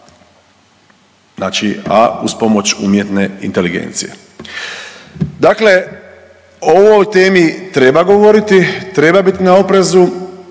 znači a uz pomoć umjetne inteligencije. Dakle, o ovoj temi treba govoriti, treba biti na oprezu